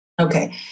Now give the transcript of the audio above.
Okay